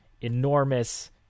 enormous